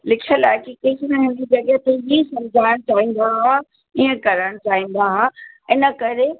लिखियल आहे कि कृष्ण हिन जॻहि ते हीउ समुझाइणु चाहींदा हा ईअं करणु चाहींदा हा इन करे